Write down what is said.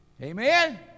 Amen